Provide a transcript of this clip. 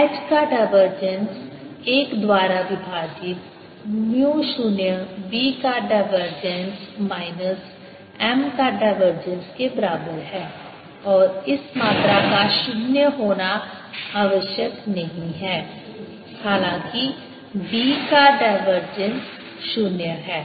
H का divergence एक द्वारा विभाजित म्यू शून्य B का डायवर्जेंस माइनस M का डायवर्जेंस के बराबर है और इस मात्रा का शून्य होना आवश्यक नहीं है हालांकि B का डायवर्जेंस शून्य है